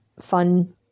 fun